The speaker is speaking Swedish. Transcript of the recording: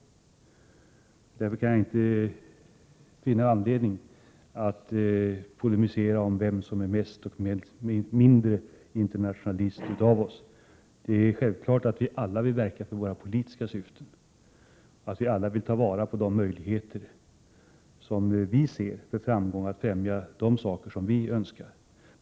Därför kan jag inte finna någon anledning att polemisera om vem som är mer eller mindre internationalist i dag. Självfallet vill vi alla verka för våra politiska syften, och vi vill alla ta vara på möjligheterna till framgång när det gäller att främja de saker som vi önskar.